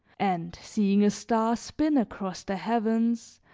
and, seeing a star spin across the heavens,